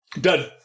Done